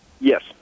Yes